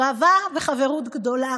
זו אהבה וחברות גדולה